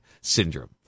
syndrome